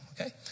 okay